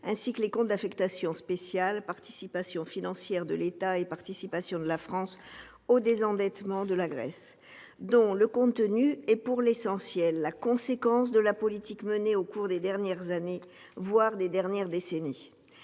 ainsi que les comptes d'affectation spéciale « Participations financières de l'État » et « Participation de la France au désendettement de la Grèce », dont le contenu est pour l'essentiel la conséquence de la politique menée au cours des dernières années, voire des dernières décennies.